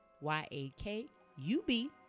Y-A-K-U-B